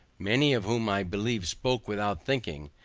many of whom i believe spoke without thinking,